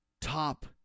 top